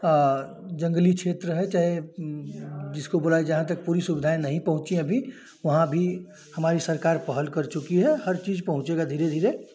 जंगली क्षेत्र है चाहे जिसको बुलाएँ जहाँ तक पूरी सुविधाएँ नहीं पहुँची है अभी वहाँ भी हमारी सरकार पहल कर चुकी है हर चीज़ पहुँचेगी धीरे धीरे